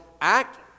act